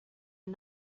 and